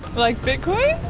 like bitcoin?